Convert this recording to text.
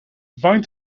faint